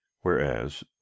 Whereas